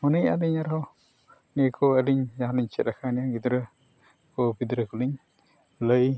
ᱢᱚᱱᱮᱭᱟᱞᱤ ᱮᱱ ᱨᱮ ᱦᱚᱸ ᱱᱤᱭᱟᱹ ᱠᱚ ᱟᱹᱞᱤᱧ ᱡᱟᱦᱟᱸ ᱞᱤᱧ ᱪᱮᱫ ᱠᱟᱣᱱᱟ ᱜᱤᱫᱽᱨᱟᱹ ᱠᱚ ᱯᱤᱫᱽᱨᱟᱹ ᱠᱚ ᱟᱹᱞᱤᱧ ᱞᱟᱹᱭ